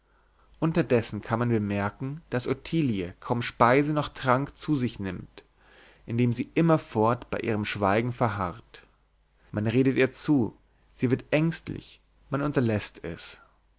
unterdessen kann man bemerken daß ottilie kaum speise noch trank zu sich nimmt indem sie immerfort bei ihrem schweigen verharrt man redet ihr zu sie wird ängstlich man unterläßt es